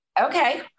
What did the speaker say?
Okay